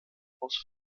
aus